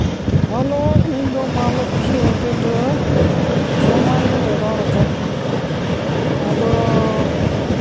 hello ᱤᱧᱫᱚ ᱢᱟ Lokkhi hotel ᱨᱮ ᱡᱚᱢᱟᱜ ᱤᱧ ᱚᱰᱟᱨ ᱟᱠᱟᱫᱟ ᱟᱫᱚ